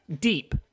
deep